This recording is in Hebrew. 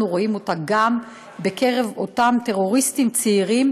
רואים אותה גם בקרב אותם טרוריסטים צעירים,